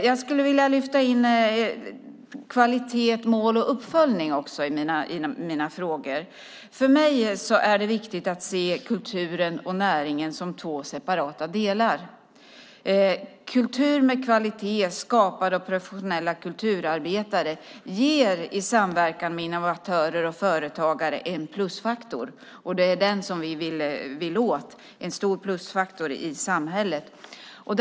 Jag skulle vilja lyfta in kvalitet, mål och uppföljning i mina frågor. För mig är det viktigt att se kulturen och näringen som två separata delar. Kultur med kvalitet skapad av professionella kulturarbetare ger i samverkan med innovatörer och företagare en plusfaktor i samhället, och det är den som vi vill åt.